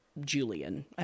Julian